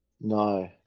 No